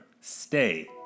stay